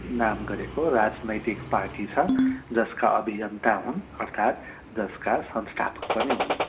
नाम गरेको राजनैतिक पार्टी छ जसका अभियन्ता हुन् अर्थात् जसका संस्थापक पनि हुन्